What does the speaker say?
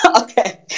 okay